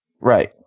Right